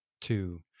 two